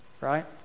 right